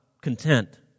content